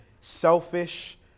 selfish